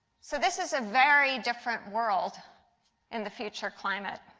so this is a very different world in the future climate.